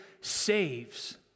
saves